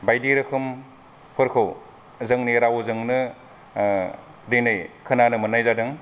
बायदि रोखोमफोरखौ जोंनि रावजोंनो दिनै खोनानो मोननाय जादों